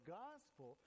gospel